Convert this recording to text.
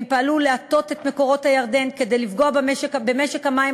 הם פעלו להטיית מקורות הירדן כדי לפגוע במשק המים